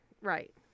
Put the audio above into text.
Right